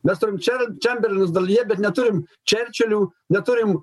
mes turim če čemberlenus daladjė bet neturim čerčilių neturim